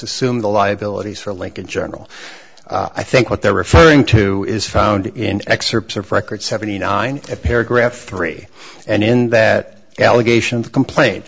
assume the liabilities for lincoln journal i think what they're referring to is found in excerpts of record seventy nine paragraph three and in that allegation the complain